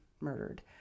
murdered